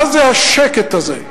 מה זה השקט הזה?